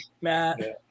Matt